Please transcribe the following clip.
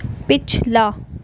پچھلا